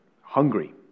hungry